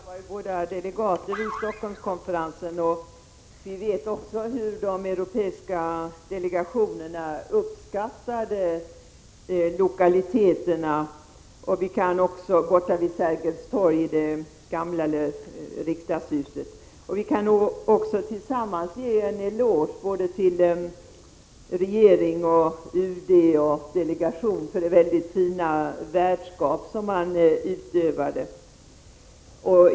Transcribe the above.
Herr talman! Sture Ericson och jag var ju båda delegater vid Stockholmskonferensen, och vi vet hur de europeiska delegationerna uppskattade lokaliteterna i det förutvarande riksdagshuset vid Sergels torg. Vi kan nog tillsammans ge en eloge till regeringen, till UD och till den svenska delegationen för det väldigt fina värdskap som utövades.